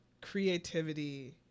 creativity